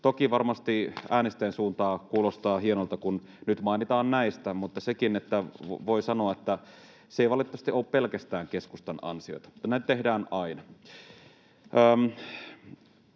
Toki varmasti äänestäjän suuntaan kuulostaa hienolta, kun nyt mainitaan näistä, mutta on sekin, että voi sanoa, että se ei valitettavasti ole pelkästään keskustan ansiota. Näitä tehdään aina.